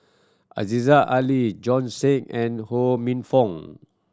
Aziza Ali Bjorn Shen and Ho Minfong